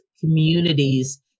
communities